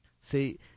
See